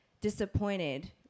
disappointed